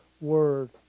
word